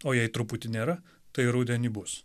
o jei truputį nėra tai rudenį bus